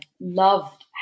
loved